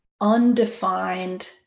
undefined